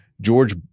George